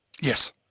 Yes